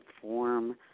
Form